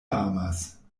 amas